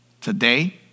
Today